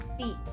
feet